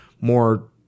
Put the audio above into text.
more